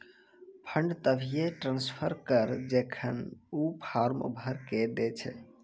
fund तभिये transfer करऽ जेखन ऊ फॉर्म भरऽ के दै छै